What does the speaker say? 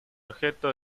objeto